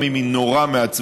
גם אם היא נורא מעצבנת,